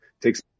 takes